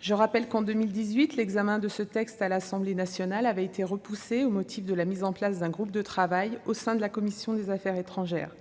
Je rappelle que, en 2018, l'examen de ce texte à l'Assemblée nationale avait été repoussé au motif de mettre en place un groupe de travail au sein de la commission des affaires étrangères.